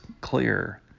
clear